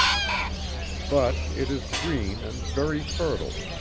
but it is green and very fertile,